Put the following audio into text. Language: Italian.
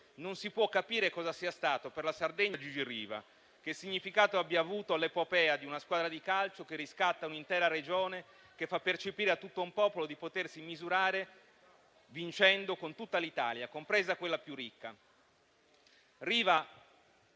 non si può capire cosa sia stato per la Sardegna Gigi Riva e il significato dell'epopea di una squadra di calcio che riscatta un'intera Regione e fa percepire a tutto un popolo di potersi misurare, vincendo, con tutta l'Italia, compresa quella più ricca.